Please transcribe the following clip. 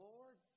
Lord